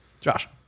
Josh